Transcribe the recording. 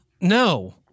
No